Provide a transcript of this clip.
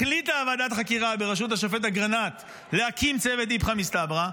החליטה ועדת החקירה בראשות השופט אגרנט להקים צוות איפכא מסתברא.